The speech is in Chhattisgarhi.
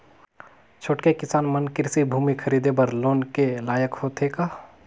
छोटके किसान मन कृषि भूमि खरीदे बर लोन के लायक होथे का?